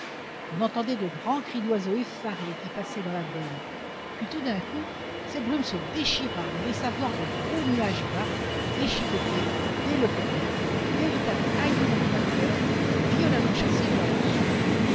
on entendait de grands cris d'oiseaux effarés qui passaient dans la brume puis tout d'un coup cette brume se déchira et laissa voir de gros nuages bas déchiquetés déloquetés véritables haillons de vapeur violemment chassés vers le sud